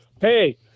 Hey